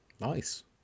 Nice